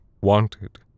wanted